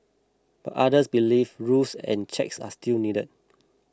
but others believe rules and checks are still needed